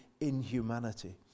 inhumanity